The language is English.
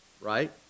right